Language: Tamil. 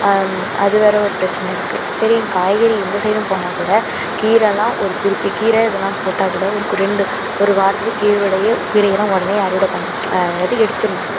அது வேறு ஒரு பிரச்சின இருக்குது சரின்னு காய்கறி இந்த சைடுனு போனால்கூட கீரைலாம் ஒரு குறிப்பிட்ட கீரை இதெல்லாம் போட்டால்கூட ஒரு ரெண்டு ஒரு வாரத்துலேயே கீரை விலையே கீரையெல்லாம் உடனே அறுவடை பண்ணி அதாவது எடுத்துடணும்